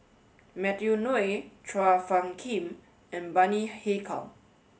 Matthew Ngui Chua Phung Kim and Bani Haykal